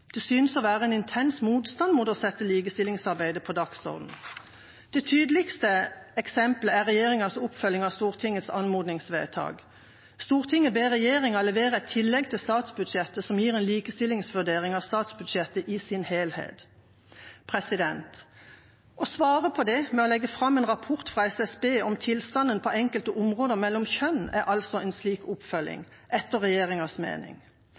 Det synes å være en intens motstand mot å sette likestillingsarbeidet på dagsordenen. Det tydeligste eksemplet er regjeringas oppfølging av Stortingets anmodningsvedtak: «Stortinget ber regjeringen levere et tillegg til statsbudsjettet som gir en likestillingsvurdering av statsbudsjettet i sin helhet.» Å svare på det ved å legge fram en rapport fra Statistisk sentralbyrå om tilstanden på enkelte områder mellom kjønn er altså en slik oppfølging, etter regjeringas mening.